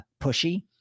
pushy